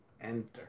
enter